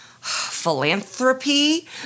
philanthropy